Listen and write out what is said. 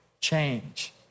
change